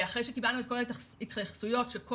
ואחרי שקיבלנו את כל ההתייחסויות של כל